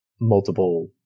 multiple